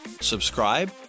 subscribe